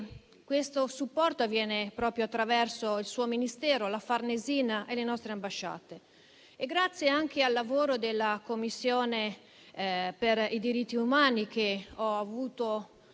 Questo supporto avviene proprio attraverso il suo Ministero, la Farnesina, e le nostre ambasciate. Grazie anche al lavoro della Commissione per i diritti umani, che ho avuto